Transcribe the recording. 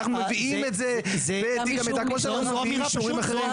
אנחנו מביאים את זה בתיק המידע כמו --- אישורי אחרים.